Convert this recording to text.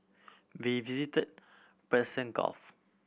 we visit Persian Gulf